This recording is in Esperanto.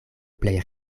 plej